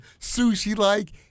sushi-like